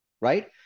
right